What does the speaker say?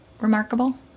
remarkable